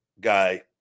guy